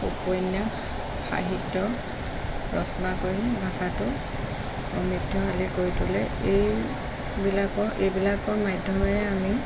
উপন্যাস সাহিত্য ৰচনা কৰি ভাষাটো সমৃদ্ধশালি কৰি তোলে এইবিলাকৰ এইবিলাকৰ মাধ্যমেৰে আমি